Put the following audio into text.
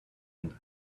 and